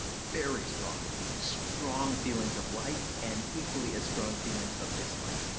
very strongly, strong feelings of like and equally as strong feelings of dislike.